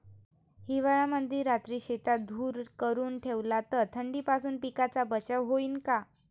हिवाळ्यामंदी रात्री शेतात धुर करून ठेवला तर थंडीपासून पिकाचा बचाव होईन का?